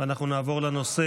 מה עם חידון התנ"ך?